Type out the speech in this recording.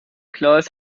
klaas